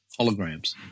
holograms